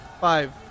Five